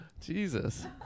Jesus